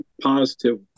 positive